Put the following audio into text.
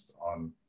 on